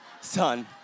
son